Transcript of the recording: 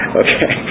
okay